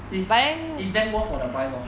it's it's damn worth for the price lor